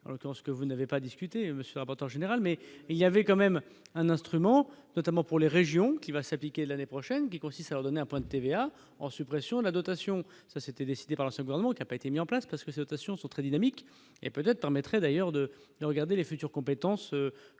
l'occurrence ce que vous n'avez pas discuté monsieur rapporteur général, mais il y avait quand même un instrument notamment pour les régions qui va s'appliquer l'année prochaine, qui consiste à donner un point de TVA en suppression de la dotation ça c'était décidé par le ce moment qui a pas été mis en place, parce que sa notation sont très dynamiques et peut-être permettrait d'ailleurs de regarder les futures compétences que nous